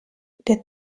der